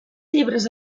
llibres